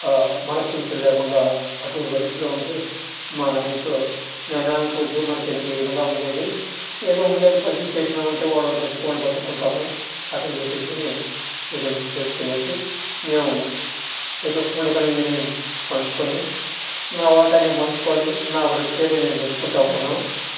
మనస్థిమితం లేకుండా అటువంటి పరిస్థితిలో ఉంటే మా నాయనతో మా నాన్నకు ఉద్యోగం వెళ్ళే విధంగా ఉండేది ఏదో ముందే పంచి ఇచ్చేసారంటే వాళ్ళ వాళ్ళ బతుకులు వాళ్లు బతుకుకుంటారు అట్ట అని చెప్పేసి ఏదో చేసుకునేసి మేము ఏదో ఉండగలిగిన ఇల్లు పంచుకొని నా వాటా నేను పంచుకొని నా బతుకు ఏదో బతుకుకుంట ఉన్నాను